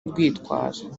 urwitwazo